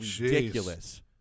ridiculous